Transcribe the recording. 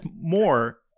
more